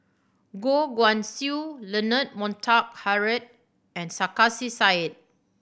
Goh Guan Siew Leonard Montague Harrod and Sarkasi Said